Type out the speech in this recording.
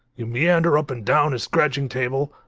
you meander up and down his scratching table,